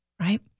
right